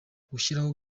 gushyiraho